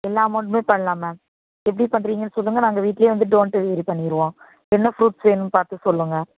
எல்லாம் அமௌண்ட்டுமே பண்ணலாம் மேம் எப்படி பண்ணுறீங்க சொல்லுங்கள் நாங்கள் வீட்டிலயே வந்து டோர் டெலிவரி பண்ணிருவோம் என்ன ஃபுரூட்ஸ் வேணும் பார்த்து சொல்லுங்கள்